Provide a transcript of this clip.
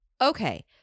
Okay